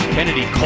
Kennedy